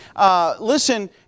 listen